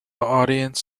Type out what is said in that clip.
audience